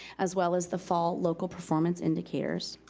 as well as the fall local performance indicators.